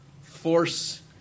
force